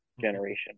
generation